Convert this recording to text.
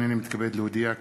הנני מתכבד להודיע,